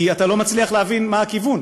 כי אתה לא מצליח להבין מה הכיוון,